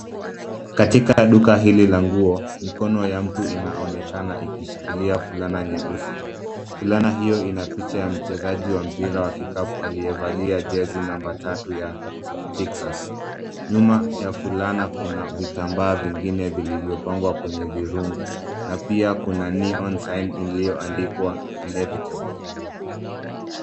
Katika duka hili la nguo, mikono ya mtu inaonekana ikishikilia fulana nyeusi. Fulana hiyo ina picha ya mchezaji wa mpira wa kikapu, aliyevalia jezi namba tatu ya Sixers . Nyuma ya fulana kuna vitambaa vingine vilivyopangwa kwenye virungu na pia kuna neon sign iliyoandikwa inevitable .